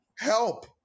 Help